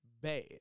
bad